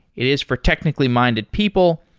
it is for technically-minded people,